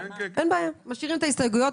--- אין בעיה, משאירים את ההסתייגויות.